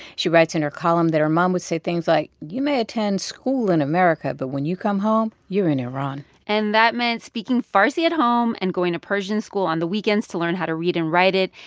she writes in her column that her mom would say things like, you may attend school in america, but when you come home, you're in iran and that meant speaking farsi at home and going to persian school on the weekends to learn how to read and write it.